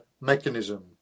mechanism